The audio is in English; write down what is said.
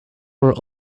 are